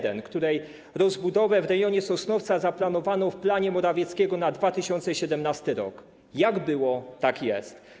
Droga S1, której rozbudowę w rejonie Sosnowca zaplanowano w planie Morawieckiego na 2017 r. - jak było, tak jest.